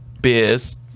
beers